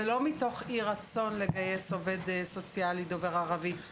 זה לא מתוך אי רצון לגייס עובד סוציאלי דובר ערבית.